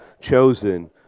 chosen